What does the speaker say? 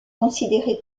considéré